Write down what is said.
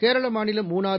கேரள மாநிலம் மூணாறு